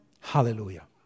Hallelujah